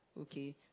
Okay